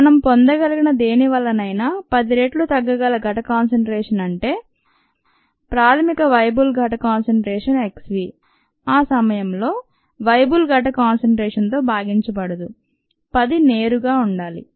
మనం పొందగలిగిన దేనివల్లనైనా 10 రెట్లు తగ్గగల ఘటకాన్సంట్రేషన్ అంటే ప్రాథమిక వయబుల్ ఘటం కాన్సంట్రేషన్ x v ఆ సమయంలో ఆ సమయంలో వయబుల్ ఘటకాన్సంట్రేషన్ తో భాగించబడదు 10 నేరుగా ఉండాలి